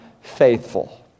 faithful